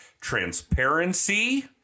transparency